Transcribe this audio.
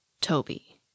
Toby